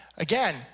Again